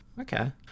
Okay